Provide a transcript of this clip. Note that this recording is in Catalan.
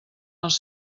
els